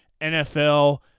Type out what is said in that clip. NFL